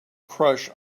crush